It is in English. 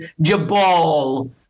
Jabal